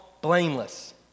blameless